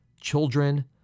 children